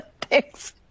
Thanks